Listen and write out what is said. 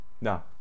no